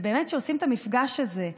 ובאמת, כשעושים את המפגש הזה,